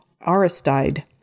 Aristide